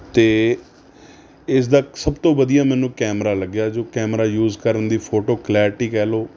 ਅਤੇ ਇਸ ਦਾ ਸਭ ਤੋਂ ਵਧੀਆ ਮੈਨੂੰ ਕੈਮਰਾ ਲੱਗਿਆ ਜੋ ਕੈਮਰਾ ਯੂਜ਼ ਕਰਨ ਦੀ ਫੋਟੋ ਕਲੈਰਟੀ ਕਹਿ ਲਉ